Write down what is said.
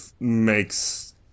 Makes